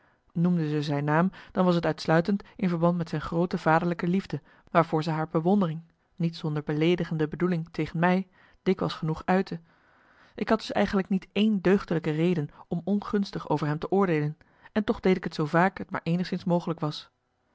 noemde ze zijn naam dan was t uitsluitend in verband met zijn groote vaderlijke liefde waarvoor zij haar bewondering niet zonder beleedigende bedoeling tegen mij dikwijls genoeg uitte ik had dus eigenlijk niet één deugdelijke reden om ongunstig over hem te oordeelen en toch deed ik t zoo vaak het maar eenigszins mogelijk was